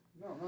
No